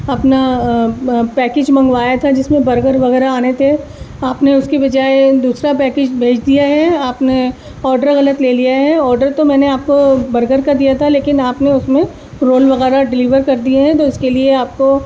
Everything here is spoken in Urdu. اپنا پیکیج منگوایا تھا جس میں برگر وغیرہ آنے تھے آپ نے اس کے بجائے دوسرا پیکیج بھیج دیا ہے آپ نے آڈر غلط لے لیا ہے آڈر تو میں نے آپ کو برگر کا دیا تھا لیکن آپ نے اس میں رول وغیرہ ڈلیور کر دیے ہیں تو اس کے لیے آپ کو